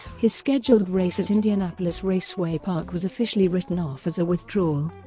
his scheduled race at indianapolis raceway park was officially written off as a withdrawal.